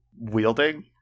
Wielding